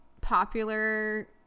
popular